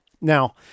Now